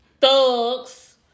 Thugs